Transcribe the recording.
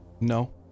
No